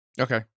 Okay